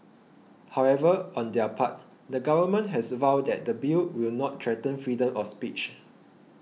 however on their part the government has vowed that the Bill will not threaten freedom of speech